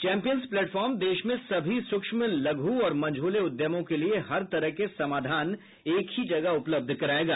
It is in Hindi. चैंपियंस प्लेटफार्म देश में सभी सूक्ष्म लघु और मझौले उद्यमों के लिए हर तरह के समाधान एक ही जगह उपलब्ध करायेगा